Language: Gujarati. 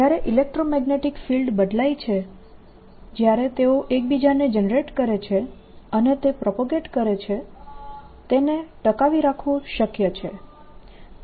જ્યારે ઇલેક્ટ્રોમેગ્નેટીક ફિલ્ડ બદલાય છે જ્યારે તેઓ અને એકબીજાને જનરેટ કરે છે અને તે પ્રોપગેટ કરે છે તેને ટકાવી રાખવું શક્ય છે